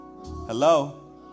Hello